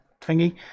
thingy